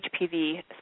HPV